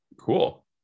Cool